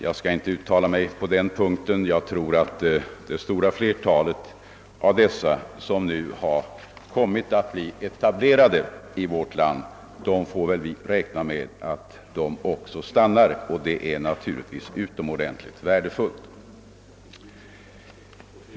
Jag tror att vi kan räkna med att det stora flertalet av de utländska läkare som nu blivit etablerade här stannar kvar, och det är naturligtvis utomordentligt värdefullt.